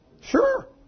Sure